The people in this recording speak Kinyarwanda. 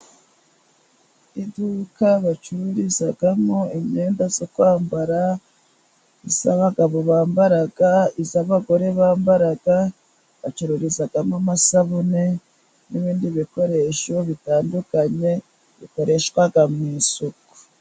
Iduka bacururizamo imyenda yo kwambara Iy'abagabo bambara, iy'abagore bambara, bacururizamo amasabune n'ibindi bikoresho bitandukanye bikoreshwa mu isuku.